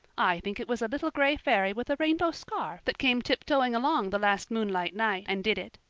i think it was a little gray fairy with a rainbow scarf that came tiptoeing along the last moonlight night and did it.